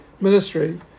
ministry